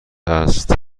است